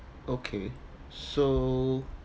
okay so